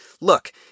Look